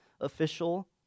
official